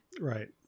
right